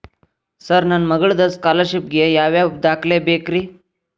Sir ನನ್ನ ಮಗ್ಳದ scholarship ಗೇ ಯಾವ್ ಯಾವ ದಾಖಲೆ ಬೇಕ್ರಿ?